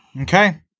Okay